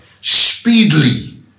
speedily